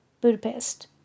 Budapest